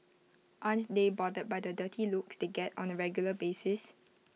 aren't they bothered by the dirty looks they get on A regular basis